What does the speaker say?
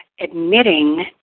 admitting